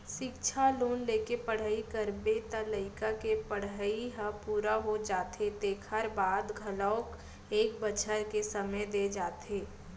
सिक्छा लोन लेके पढ़ई करबे त लइका के पड़हई ह पूरा हो जाथे तेखर बाद घलोक एक बछर के समे दे जाथे